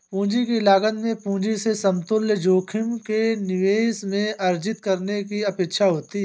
पूंजी की लागत में पूंजी से समतुल्य जोखिम के निवेश में अर्जित करने की अपेक्षा होती है